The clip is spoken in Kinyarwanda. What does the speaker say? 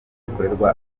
rikorerwa